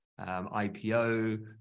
IPO